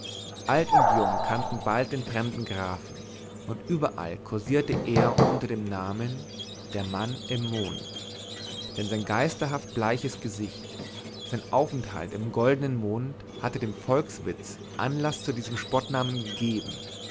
alt und jung kannte bald den fremden grafen und überall kursierte er unter dem namen der mann im mond denn sein geisterhaft bleiches gesicht sein aufenthalt im goldenen mond hatte dem volkswitz anlaß zu diesem spottnamen gegeben